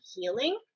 healing